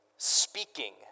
speaking